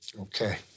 Okay